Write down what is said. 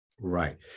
Right